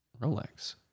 Rolex